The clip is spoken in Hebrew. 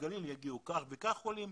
שלגליל יגיעו כך וכך עולים,